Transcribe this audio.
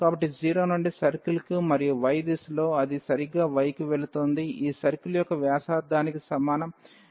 కాబట్టి 0 నుండి సర్కిల్కి మరియు y దిశలో అది సరిగ్గా y కి వెళుతోంది ఈ సర్కిల్ యొక్క వ్యాసార్థానికి సమానం